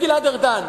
זה גלעד ארדן.